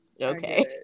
Okay